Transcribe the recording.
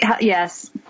Yes